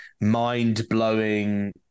mind-blowing